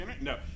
No